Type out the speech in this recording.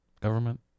Government